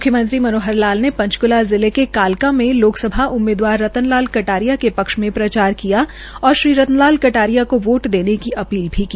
म्ख्यमंत्री मनोहर लाल ने पंचकूला जिले के कालका में लोकसभा उम्मीदवार रतन लाल कटारिया के पक्ष में प्रचार किया और श्री रतन लाल कटारिया को वोट देने की अपील की